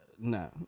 No